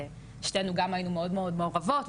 ושתינו גם היינו מאד מאד מעורבות,